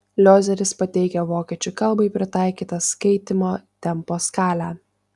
liozeris pateikia vokiečių kalbai pritaikytą skaitymo tempo skalę